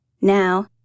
Now